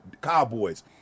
Cowboys